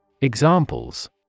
Examples